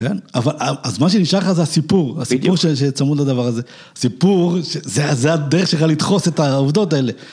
כן, אבל אז מה שנשאר לך זה הסיפור, הסיפור שצמוד לדבר הזה. סיפור, זה הדרך שלך לדחוס את העובדות האלה.